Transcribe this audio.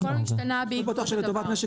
בכל מקרה,